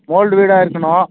old வீடாக இருக்கணும்